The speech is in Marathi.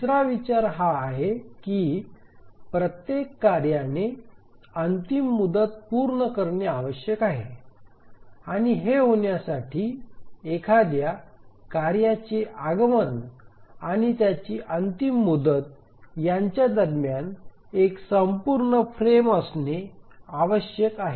तिसरा विचार हा आहे की प्रत्येक कार्याने अंतिम मुदत पूर्ण करणे आवश्यक आहे आणि हे होण्यासाठी एखाद्या कार्याचे आगमन आणि त्याची अंतिम मुदत यांच्या दरम्यान एक संपूर्ण फ्रेम असणे आवश्यक आहे